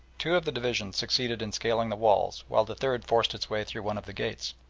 two of the divisions succeeded in scaling the walls, while the third forced its way through one of the gates.